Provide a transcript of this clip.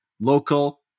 local